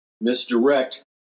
misdirect